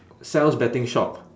saul's betting shop